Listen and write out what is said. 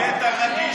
פתאום נהיית רגיש,